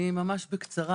בקצרה